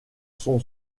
son